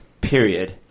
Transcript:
period